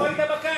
איפה היית בקיץ?